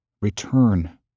Return